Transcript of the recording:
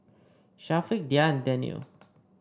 Syafiq Dhia and Daniel